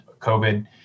COVID